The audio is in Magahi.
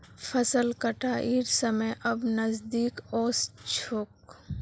फसल कटाइर समय अब नजदीक ओस छोक